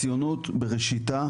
הציונות בראשיתה